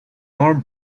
old